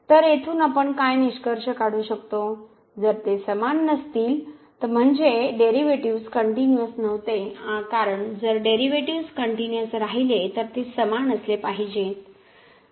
तर येथून आपण काय निष्कर्ष काढू शकतो जर ते समान नसतील तर म्हणजे डेरिव्हेटिव्ह्ज कनट्युनिअस नव्हते कारण जर डेरिव्हेटिव्ह्ज कनट्युनिअस राहिले तर ते समान असले पाहिजेत